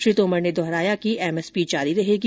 श्री तोमर ने दोहराया कि एमएसपी जारी रहेगी